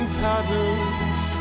patterns